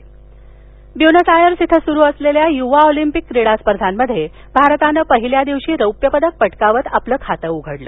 यवा Olympic Buenos Aires इथं सुरु असलेल्या युवा ऑलिम्पिक क्रीडा स्पर्धांमध्ये भारतानं पहिल्या दिवशी रौप्य पदक पटकावत आपलं खातं उघडलं